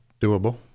doable